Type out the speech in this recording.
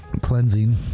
Cleansing